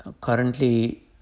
Currently